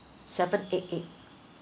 seven eight eight